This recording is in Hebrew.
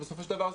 כי בסופו של דבר,